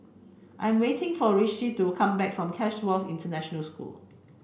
I am waiting for Rishi to come back from Chatsworth International School